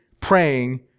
praying